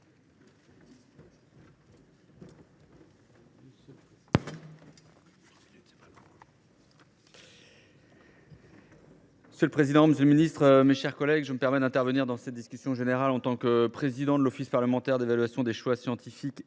Monsieur le président, monsieur le ministre, mes chers collègues, je me permets d’intervenir dans cette discussion générale en tant que président de l’Office parlementaire d’évaluation des choix scientifiques et